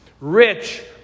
rich